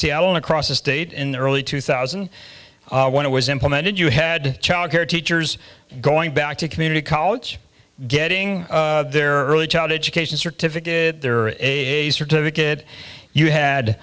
l an across the state in the early two thousand when it was implemented you had childcare teachers going back to community college getting their early child education certificate they're a certificate you had